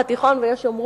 ויש יאמרו בעולם,